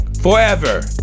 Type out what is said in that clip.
Forever